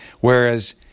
Whereas